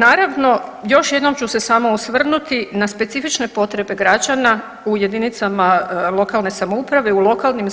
Naravno, još jednom samo ću se osvrnuti na specifične potrebe građana u jedinicama lokalne samouprave, u lokalnim